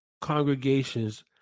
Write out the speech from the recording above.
congregations